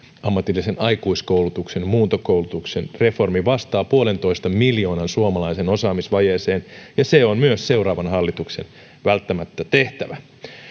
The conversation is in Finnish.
ammatillisen aikuiskoulutuksen muuntokoulutuksen reformi vastaa puolentoista miljoonan suomalaisen osaamisvajeeseen ja se on myös seuraavan hallituksen välttämättä tehtävä